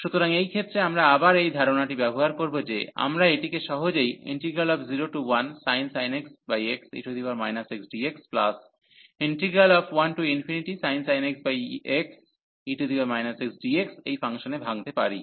সুতরাং এই ক্ষেত্রে আমরা আবার এই ধারণাটি ব্যবহার করব যে আমরা এটিকে সহজেই 01sin x xe x dx1sin x xe x dx এই ফাংশনে ভাঙ্গতে পারি